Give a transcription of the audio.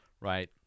right